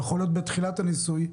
בתחילת הניסוי,